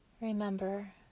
Remember